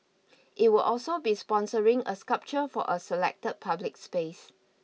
it will also be sponsoring a sculpture for a selected public space